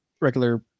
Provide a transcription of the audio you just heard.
regular